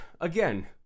again